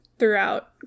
throughout